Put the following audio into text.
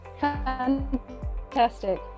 Fantastic